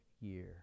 year